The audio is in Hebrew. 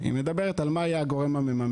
היא מדברת על מי יהיה הגורם המממן.